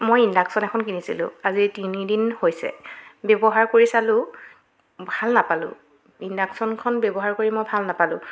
মই ইণ্ডাকশ্যন এখন কিনিছিলো আজি তিনিদিন হৈছে ব্যৱহাৰ কৰি চালো ভাল নাপালো ইণ্ডাকশ্যনখন ব্যৱহাৰ কৰি মই ভাল নাপালো